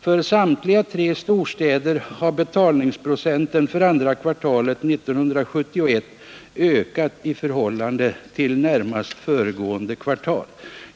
För samtliga tre storstäder har betalningsprocenten för andra kvartalet 1971 ökat i förhållande till närmast föregående kvartal.